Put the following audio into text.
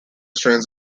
strains